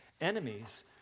enemies